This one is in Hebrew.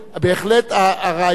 בהחלט הרעיון,